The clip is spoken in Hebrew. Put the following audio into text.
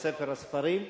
לספר הספרים.